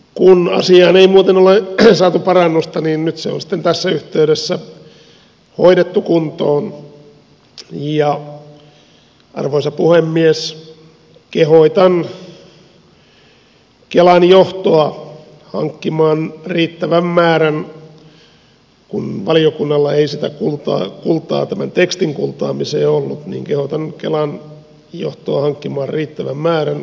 kun asiaan ei muuten ole saatu parannusta niin nyt se on sitten tässä yhteydessä hoidettu kuntoon ja arvoisa puhemies kehotan kelan johtoa hankkimaan riittävän määrän kun valiokunnalla ei sitä kultaa tämän tekstin kultaamiseen ollut niin kilton kelan johtoa hankkimaan riittävän määrän